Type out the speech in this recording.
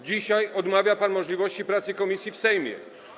Dzisiaj odmawia pan możliwości pracy komisji w Sejmie.